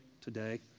today